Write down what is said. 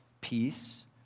peace